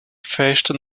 festa